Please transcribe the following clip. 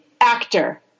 actor